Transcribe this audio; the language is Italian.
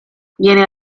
viene